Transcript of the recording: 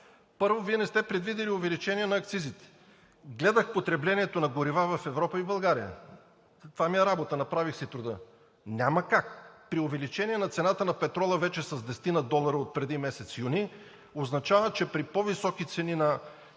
Първо, Вие не сте предвидили увеличение на акцизите. Гледах потреблението на горива в Европа и в България – това ми е работа, направих си труда. Няма как при увеличение на цената на петрола вече с 10 долара отпреди месец юни – означава, че при по-високи цени на